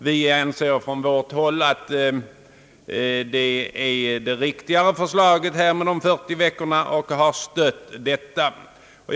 Vi anser från vårt håll att förslaget om 40 veckors läsår är det riktiga, och vi har stött detta förslag.